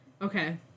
Okay